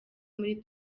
muri